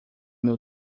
meu